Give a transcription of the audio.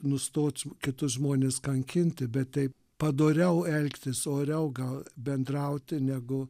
nustot kitus žmones kankinti bet taip padoriau elgtis oriau gal bendrauti negu